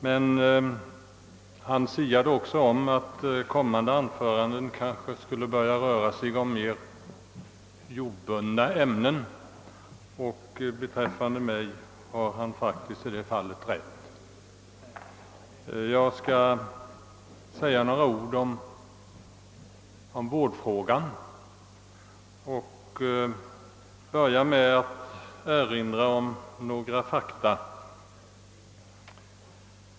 Men han siade också om att kommande anföranden skulle komma att behandla mer jordbundna ämnen. Beträffande mig har han faktiskt i det fallet rätt. Jag skall säga några ord om vårdfrågan och börja med att erinra om några fakta.